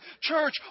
Church